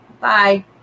Bye